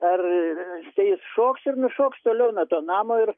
ar jisai šoks ir nušoks toliau nuo to namo ir